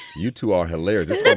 you two are hilarious